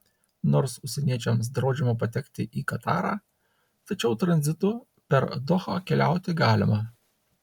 nors užsieniečiams draudžiama patekti į katarą tačiau tranzitu per dohą keliauti galima